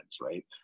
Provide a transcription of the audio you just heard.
right